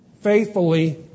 faithfully